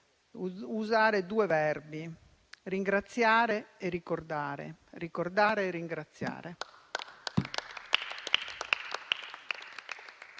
usare due verbi: ringraziare e ricordare, ricordare e ringraziare.